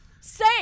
Say